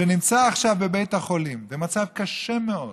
שנמצא עכשיו בבית החולים במצב קשה מאוד